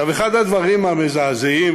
אחד הדברים המזעזעים,